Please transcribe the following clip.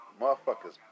motherfuckers